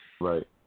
Right